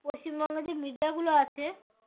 পশ্চিমবঙ্গে যে মিডিয়াগুলো আছে